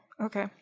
okay